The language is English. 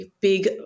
big